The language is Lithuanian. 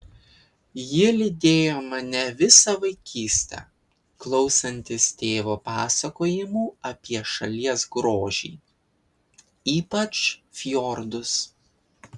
ji lydėjo mane visą vaikystę klausantis tėvo pasakojimų apie šalies grožį ypač fjordus